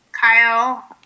Kyle